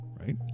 right